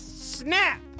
snap